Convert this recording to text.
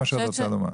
מה ההצעה שלך?